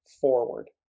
forward